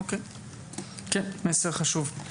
מסר חשוב.